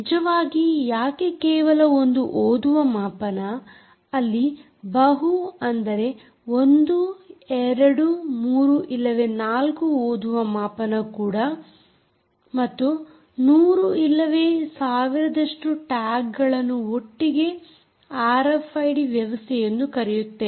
ನಿಜವಾಗಿ ಯಾಕೆ ಕೇವಲ ಒಂದು ಓದುವ ಮಾಪನ ಅಲ್ಲಿ ಬಹು ಅಂದರೆ 1 2 3 ಇಲ್ಲವೇ 4 ಓದುವ ಮಾಪನ ಕೂಡ ಮತ್ತು 100 ಇಲ್ಲವೇ 1000 ದಷ್ಟು ಟ್ಯಾಗ್ಗಳನ್ನು ಒಟ್ಟಿಗೆ ಆರ್ಎಫ್ಐಡಿ ವ್ಯವಸ್ಥೆಯೆಂದು ಕರೆಯುತ್ತೇವೆ